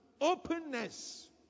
openness